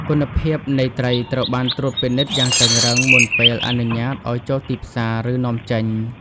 គុណភាព នៃត្រីត្រូវបានត្រួតពិនិត្យយ៉ាងតឹងរ៉ឹងមុនពេលអនុញ្ញាតឱ្យចូលទីផ្សារ ឬនាំចេញ។